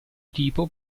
tipo